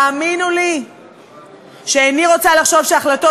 האמינו לי שאיני רוצה לחשוב שהחלטות